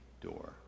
door